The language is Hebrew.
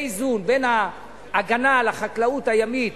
איזון בין ההגנה על החקלאות הימית